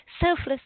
Selfless